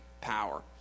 power